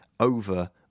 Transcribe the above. over